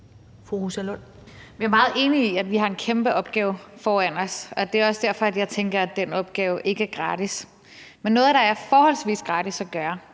Jeg er meget enig i, at vi har en kæmpe opgave foran os, og det er også derfor, jeg tænker, at den opgave ikke er gratis. Men noget, der er forholdsvis gratis at gøre,